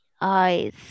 eyes